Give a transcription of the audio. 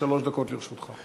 בבקשה, שלוש דקות לרשותך.